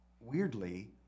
Weirdly